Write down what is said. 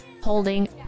holding